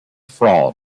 fraud